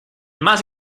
mas